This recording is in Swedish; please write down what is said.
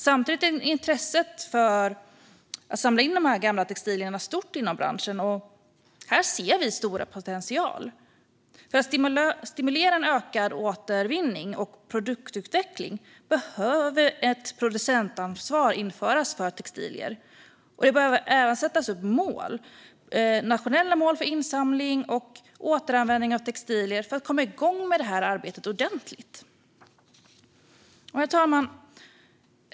Samtidigt är intresset för att samla in gamla textilier stort inom branschen. Här ser vi stor potential. För att stimulera till ökad återvinning och produktutveckling behöver ett producentansvar införas för textilier. Det bör även sättas upp nationella mål för insamling och återanvändning av textilier för att man ska komma igång med arbetet ordentligt. Herr talman!